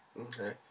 Okay